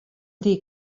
dir